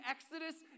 Exodus